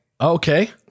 Okay